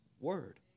word